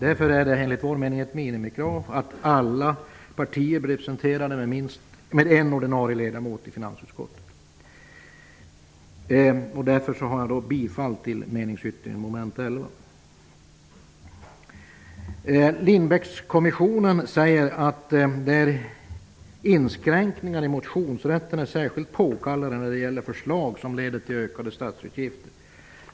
Därför är det ett minimikrav att alla partier blir representerade med en ordinarie ledamot i finansutskottet. Herr talman! Jag yrkar därför bifall till min meningsyttring under mom. 11. I Lindbeckkommissionen sägs det att inskränkningar i motionsrätten är särskilt påkallade när det gäller förslag som leder till ökade statsutgifter.